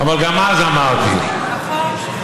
אבל גם אז אמרתי, נכון.